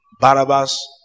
Barabbas